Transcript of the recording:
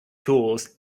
tools